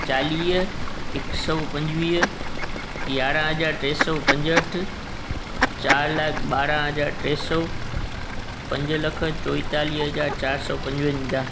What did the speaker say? चालीह हिकु सौ पंजवीह यारहं हज़ार टे सौ पंजहठ चार लख ॿारहं हज़ार टे सौ पंज लख चोहेतालीह हज़ार चार सौ पंजवंजाहु